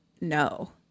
no